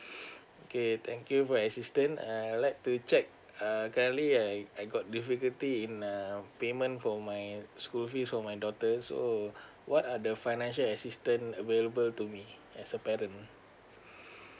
okay thank you for assistance uh I'd like to check uh currently I I got difficulty in uh payment for my school fee for my daughter so what are the financial assistance available to me as a parent